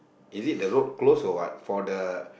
is it the road close or what for the